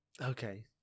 Okay